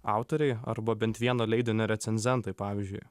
autoriai arba bent vieno leidinio recenzentai pavyzdžiui